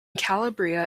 calabria